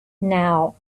now